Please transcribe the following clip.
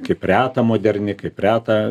kaip reta moderni kaip reta